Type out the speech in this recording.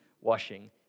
washing